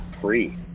Free